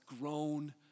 grown